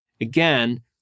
Again